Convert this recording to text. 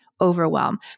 overwhelm